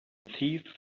thief